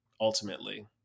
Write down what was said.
ultimately